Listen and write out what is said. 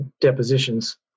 depositions